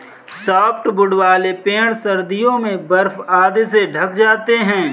softwood वाले पेड़ सर्दियों में बर्फ आदि से ढँक जाते हैं